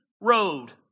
Road